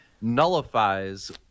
nullifies